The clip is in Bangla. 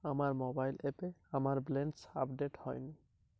আমার মোবাইল অ্যাপে আমার ব্যালেন্স আপডেট হয়নি